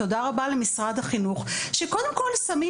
תודה רבה למשרד החינוך שקודם כל שמים